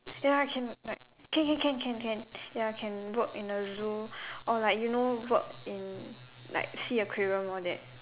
ya can like can can can can can ya can work in the zoo or like you know work in like sea aquarium all that